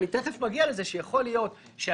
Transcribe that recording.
אבל אני תכף מגיע לזה שיכול להיות שאנשים